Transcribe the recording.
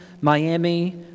Miami